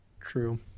True